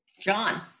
John